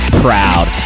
proud